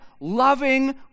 loving